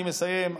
אני מסיים,